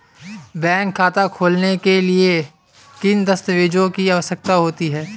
Bank खाता खोलने के लिए किन दस्तावेज़ों की आवश्यकता होती है?